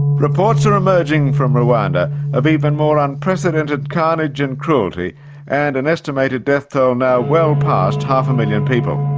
reports are emerging from rwanda of even more unprecedented carnage and cruelty and an estimated death toll now well past half a million people.